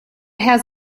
has